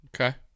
Okay